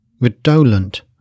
redolent